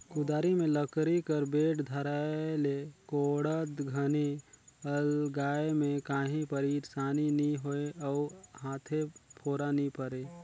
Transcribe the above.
कुदारी मे लकरी कर बेठ धराए ले कोड़त घनी अलगाए मे काही पइरसानी नी होए अउ हाथे फोरा नी परे